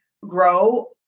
grow